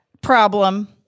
Problem